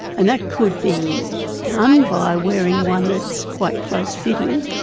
and that could be done by wearing one that's quite close fitting,